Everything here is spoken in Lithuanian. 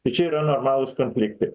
tai čia yra normalūs konfliktai